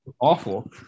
Awful